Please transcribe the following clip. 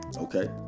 okay